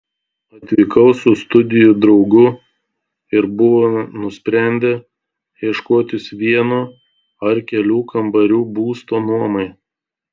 atvykau su studijų draugu ir buvome nusprendę ieškotis vieno ar kelių kambarių būsto nuomai